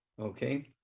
okay